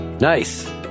nice